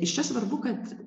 iš čia svarbu kad